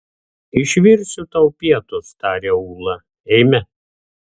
išvirsiu tau pietus taria ūla eime